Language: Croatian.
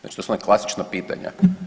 Znači to su ona klasična pitanja.